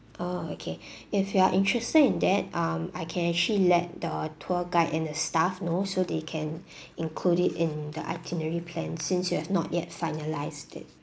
oh okay if you are interested in that um I can actually let the tour guide and the staff know so they can include it in the itinerary plan since you have not yet finalised it